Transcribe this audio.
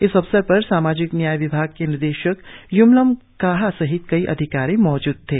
इस अवसर पर सामाजिक न्याय विभाग के निदेशक य्मलम काहा सहित कई अधिकारी मौजूद थे